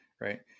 right